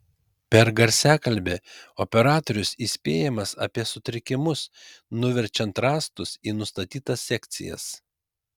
per garsiakalbį operatorius įspėjamas apie sutrikimus nuverčiant rąstus į nustatytas sekcijas